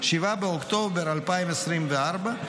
7 באוקטובר 2024,